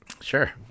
sure